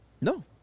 No